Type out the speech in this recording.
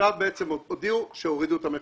עכשיו בעצם הודיעו שהורידו את המכסים.